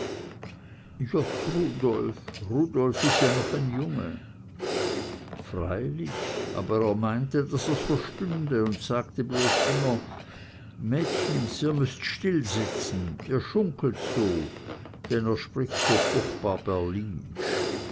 is ja noch ein junge freilich aber er meinte daß er's verstünde und sagte bloß immer mächens ihr müßt stillsitzen ihr schunkelt so denn er spricht so furchtbar berlinsch